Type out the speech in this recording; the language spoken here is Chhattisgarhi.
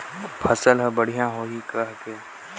माटी ला काबर भुरभुरा बनाय जाथे?